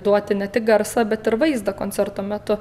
duoti ne tik garsą bet ir vaizdą koncerto metu